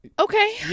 Okay